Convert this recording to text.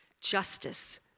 Justice